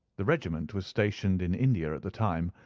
the regiment was stationed in india at the time,